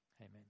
Amen